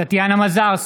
טטיאנה מזרסקי,